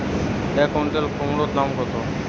এক কুইন্টাল কুমোড় দাম কত?